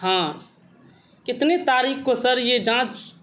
ہاں کتنی تاریخ کو سر یہ جانچ